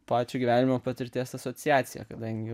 pačio gyvenimo patirties asociacija kadangi